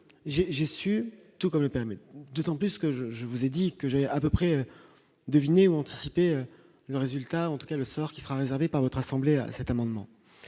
j'ai su tout comme le permet d'autant plus que je je vous ai dit que j'ai à peu près deviner ou anticiper le résultat en tout cas le sort qui sera réservé par votre assemblée à cet amendement